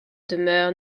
demeure